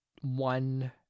one